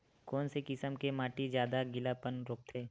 कोन से किसम के माटी ज्यादा गीलापन रोकथे?